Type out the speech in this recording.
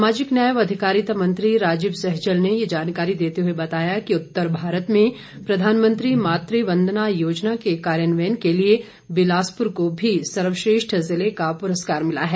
सामाजिक न्याय व अधिकारिता मंत्री राजीव सहजल ने ये जानकारी देते हुए बताया कि उत्तर भारत में प्रधानमंत्री मातृ वंदना योजना के कार्यान्वयन के लिए बिलासपुर को भी सर्वश्रेष्ठ जिले का पुरस्कार मिला है